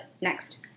next